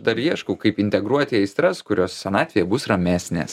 dar ieškau kaip integruoti aistras kurios senatvėje bus ramesnės